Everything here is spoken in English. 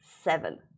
seven